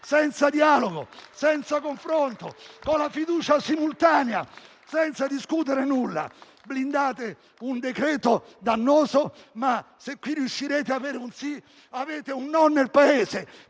senza dialogo, senza confronto, con la fiducia simultanea, senza discutere nulla. Blindate un decreto dannoso, ma se qui riuscirete ad avere un sì, avete un no nel Paese,